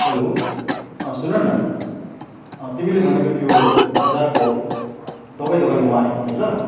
hello सुन न तिमीले भनेको त्यो बजारको दबाई दोकान म आइपुगेँ ल